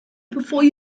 before